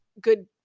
good